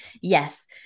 yes